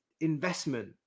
investment